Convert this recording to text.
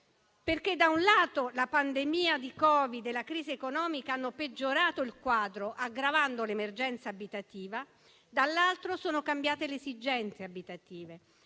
casa. Da un lato la pandemia di Covid e la crisi economica hanno peggiorato il quadro, aggravando l'emergenza abitativa; dall'altro sono cambiate le esigenze abitative,